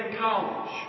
College